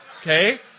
okay